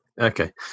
okay